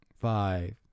five